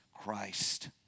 Christ